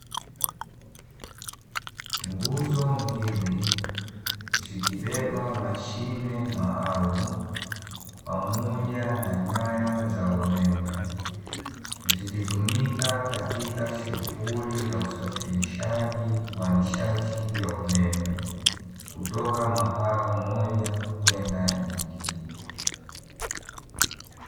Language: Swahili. Nguzo mbili zikiwa zimebeba mashine maalumu pamoja na nyaya za umeme , zikitumika katika shunghuli za usafirishaji wa nishati ya umeme kutoka mahala moja kwenda nyingine .